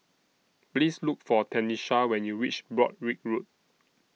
Please Look For Tenisha when YOU REACH Broadrick Road